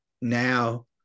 now